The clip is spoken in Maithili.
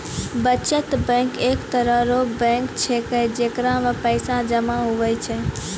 बचत बैंक एक तरह रो बैंक छैकै जेकरा मे पैसा जमा हुवै छै